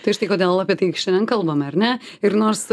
tai štai kodėl apie tai šiandien kalbame ar ne ir nors